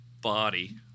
body